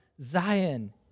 Zion